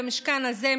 במשכן הזה,